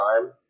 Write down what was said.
time